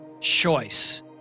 choice